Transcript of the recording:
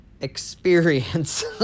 experience